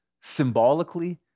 symbolically